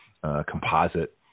composite